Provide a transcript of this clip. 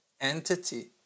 entity